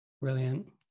Brilliant